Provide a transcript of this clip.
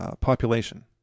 population